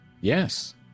yes